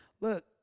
look